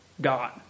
God